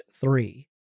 three